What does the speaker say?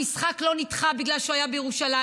המשחק לא נדחה בגלל שהוא היה בירושלים,